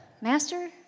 master